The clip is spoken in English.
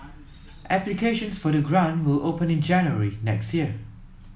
applications for the grant will open in January next year